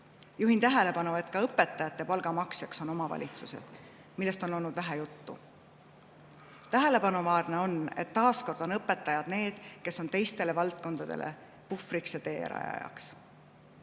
Juhin tähelepanu, et ka õpetajate palga maksjaks on omavalitsused, millest on olnud vähe juttu. Tähelepanuväärne on, et taas kord on õpetajad need, kes on teistele valdkondadele puhvriks ja teerajajaks. Viimasel